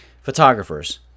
Photographers